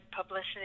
publicity